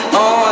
on